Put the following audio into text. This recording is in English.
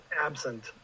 absent